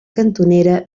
cantonera